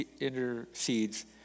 intercedes